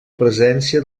presència